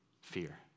fear